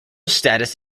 status